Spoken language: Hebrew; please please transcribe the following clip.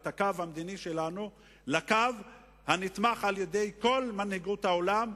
את הקו המדיני שלנו לקו הנתמך על-ידי כל מנהיגות העולם,